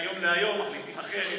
ופתאום, מהיום להיום, מחליטים אחרת,